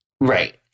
Right